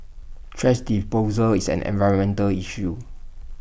thrash disposal is an environmental issue